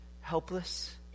helpless